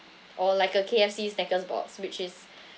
or like a K_F_C snacker box which is